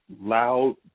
loud